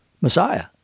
Messiah